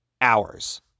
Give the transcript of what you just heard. hours